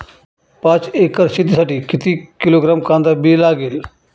पाच एकर शेतासाठी किती किलोग्रॅम कांदा बी लागेल?